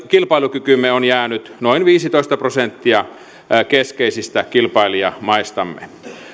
kilpailukykymme on jäänyt noin viisitoista prosenttia keskeisistä kilpailijamaistamme